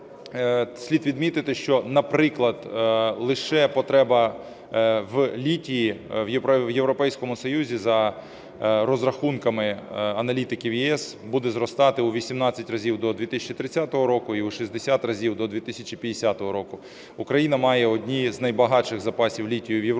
Слід відмітити, що, наприклад, лише потреба в літії в Європейському Союзі, за розрахунками аналітиків ЄС, буде зростати у 18 разів – до 2030 року і в 60 разів – до 2050 року. Україна має одні з найбагатших запасів літію в Європі,